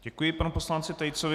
Děkuji panu poslanci Tejcovi.